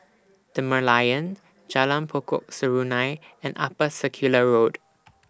The Merlion Jalan Pokok Serunai and Upper Circular Road